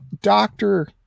doctor